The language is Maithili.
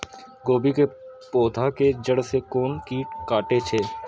गोभी के पोधा के जड़ से कोन कीट कटे छे?